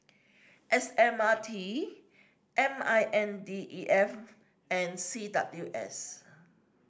S M R T M I N D E F and C W S